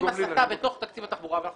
הסטה בתוך תקציב התחבורה ואנחנו